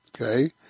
okay